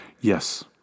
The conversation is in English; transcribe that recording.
Yes